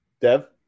Dev